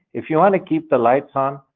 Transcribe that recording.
if you want to keep the lights on,